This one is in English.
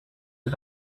did